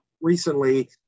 recently